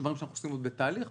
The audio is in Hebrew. יש דברים שנמצאים בתהליך וכמובן,